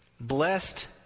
Blessed